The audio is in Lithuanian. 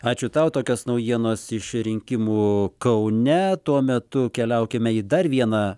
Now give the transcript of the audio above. ačiū tau tokios naujienos iš rinkimų kaune tuo metu keliaukime į dar vieną